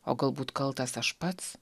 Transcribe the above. o galbūt kaltas aš pats